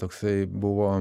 toksai buvo